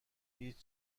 هیچ